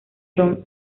son